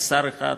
שר אחד.